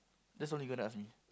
that's all you gonna ask me